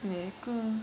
என்னாகும்:ennaagum